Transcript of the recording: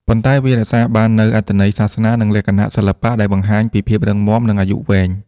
ប៉ុន្តែ វារក្សាបាននូវអត្ថន័យសាសនា និងលក្ខណៈសិល្បៈដែលបង្ហាញពីភាពរឹងមាំ និងអាយុវែង។